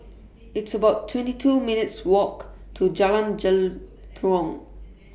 It's about twenty two minutes' Walk to Jalan Jelutong